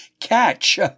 catch